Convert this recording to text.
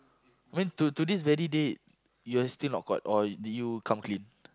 when to today's very day you are still not caught or did you come clean